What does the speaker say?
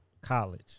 college